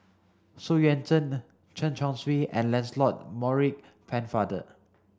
Xu Yuan Zhen Chen Chong Swee and Lancelot Maurice Pennefather